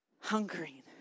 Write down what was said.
Hungering